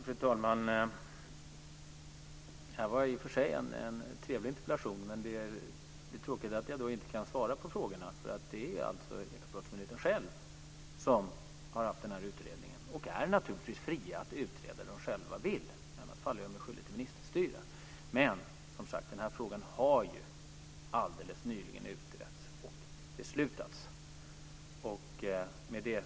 Fru talman! Det här var en trevlig interpellation. Det är tråkigt att jag inte kan svara på frågorna. Det är alltså Ekobrottsmyndigheten själv som har gjort den här utredningen. Man är naturligtvis fri att utreda hur man själv vill, i annat fall gör jag mig skyldig till ministerstyre. Den här frågan har ju utretts alldeles nyligen, och det har också fattats beslut om den.